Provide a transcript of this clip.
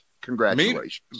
Congratulations